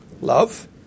Love